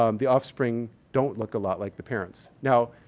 um the offspring don't look a lot like the parents. now,